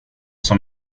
som